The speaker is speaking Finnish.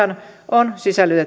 on